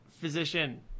physician